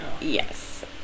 Yes